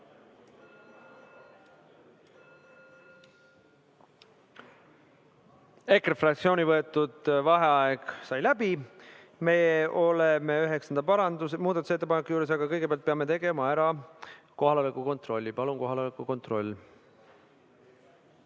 EKRE fraktsiooni võetud vaheaeg sai läbi. Me oleme üheksanda muudatusettepaneku juures, aga kõigepealt peame tegema ära kohaloleku kontrolli. Palun kohaloleku kontroll!